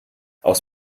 aus